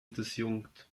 disjunkt